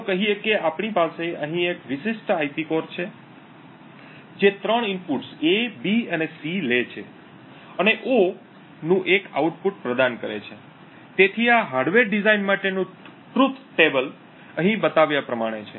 ચાલો કહીએ કે આપણી પાસે અહીં એક વિશિષ્ટ આઈપી કોર છે જે ત્રણ ઇનપુટ્સ A B અને C લે છે અને O નું એક આઉટપુટ પ્રદાન કરે છે તેથી આ હાર્ડવેર ડિઝાઇન માટેનું સત્ય ટેબલ અહીં બતાવ્યા પ્રમાણે છે